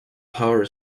power